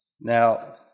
Now